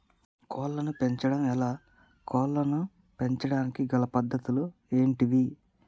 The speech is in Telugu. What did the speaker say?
కోళ్లను పెంచడం ఎలా, కోళ్లను పెంచడానికి గల పద్ధతులు ఏంటివి?